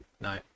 no